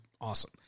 awesome